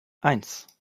eins